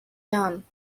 jahren